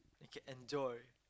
can enjoy